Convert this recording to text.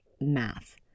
math